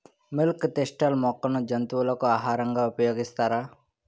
Milk thistle మొక్కను జంతువులకు ఆహారంగా ఉపయోగిస్తారా?